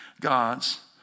God's